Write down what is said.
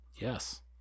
Yes